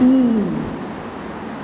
तीन